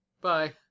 bye